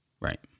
Right